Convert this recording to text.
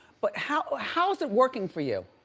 but how's how's it working for you?